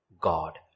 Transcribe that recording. God